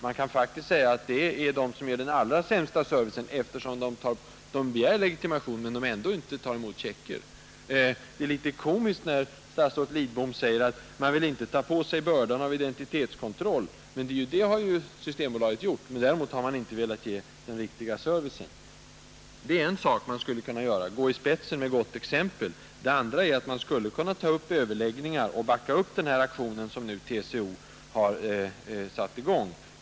Man kan faktiskt säga att Systembolaget ger den allra sämsta servicen, eftersom bolaget begär legitimation men ändå inte tar emot checkar. Det är litet komiskt när statsrådet Lidbom säger att man inte har velat ta på sig bördan av identitetskontroll. Det har ju Systembolaget faktiskt gjort redan tidigare. Ändå vill man inte ge den riktiga servicen. En sak skulle man från statens sida alltså kunna göra: gå i spetsen med gott exempel. En annan vore att inleda överläggningar och backa upp den aktion som TCO satt i gång.